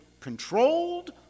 controlled